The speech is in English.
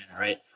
right